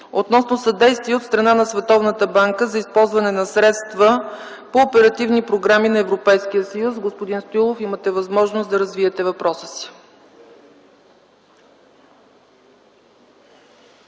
относно съдействие от страна на Световната банка за използване на средства по оперативни програми на Европейския съюз. Господин Стоилов, имате възможност да развиете въпроса си.